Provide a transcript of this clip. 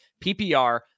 PPR